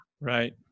Right